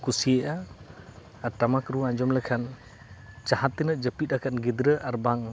ᱠᱩᱥᱤᱭᱟᱜᱼᱟ ᱟᱨ ᱴᱟᱢᱟᱠ ᱨᱩ ᱟᱸᱡᱚᱢ ᱞᱮᱠᱷᱟᱱ ᱡᱟᱦᱟᱸ ᱛᱤᱱᱟᱹᱜ ᱡᱟᱹᱯᱤᱫ ᱟᱠᱟᱫ ᱜᱤᱫᱽᱨᱟᱹ ᱟᱨ ᱵᱟᱝ